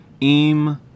im